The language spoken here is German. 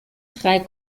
drei